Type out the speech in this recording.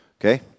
Okay